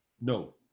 No